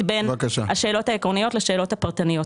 בין השאלות העקרוניות לשאלות הפרטניות.